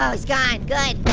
oh he's gone, good.